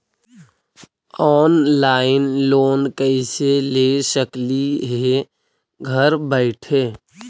Online loan कैसे ले सकली हे घर बैठे?